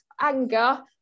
anger